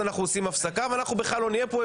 עושים הפסקה ובכלל לא נהיה פה,